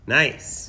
nice